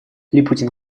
липутин